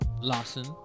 Lawson